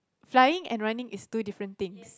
flying and running is two different things